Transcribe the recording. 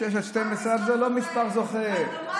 6 12. זה לא מספר זוכה,